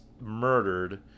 murdered